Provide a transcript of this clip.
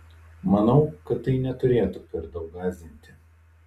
manau kad tai neturėtų per daug gąsdinti